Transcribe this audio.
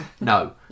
No